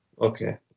Okay